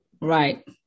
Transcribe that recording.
Right